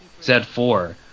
Z4